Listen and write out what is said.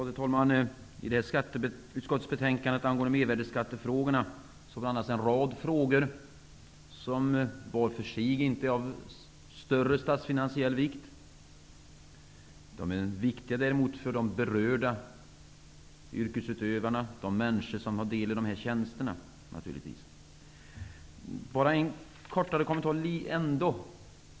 Herr talman! I skatteutskottets betänkande angående mervärdesskattefrågorna blandas en rad frågor som var för sig inte är av större statsfinansiell vikt. De är däremot viktiga för de berörda yrkesutövarna, för de människor som har del i de här tjänsterna. Jag vill göra en kort kommentar.